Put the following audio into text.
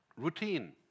Routine